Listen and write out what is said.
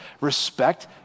respect